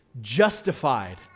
justified